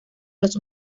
los